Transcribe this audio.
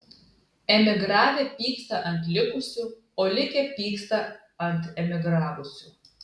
emigravę pyksta ant likusių o likę pyksta ant emigravusių